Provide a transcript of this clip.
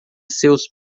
seus